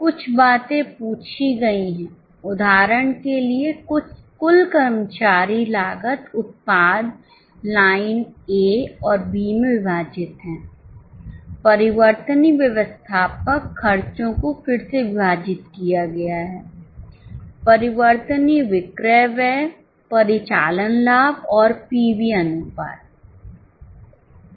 कुछ बातें पूछी गई हैं उदाहरण के लिए कुल कर्मचारी लागत उत्पाद लाइन ए और बी में विभाजित है परिवर्तनीय व्यवस्थापक खर्चों को फिर से विभाजित किया गया है परिवर्तनीय विक्रय व्यय परिचालन लाभ और पीवी अनुपात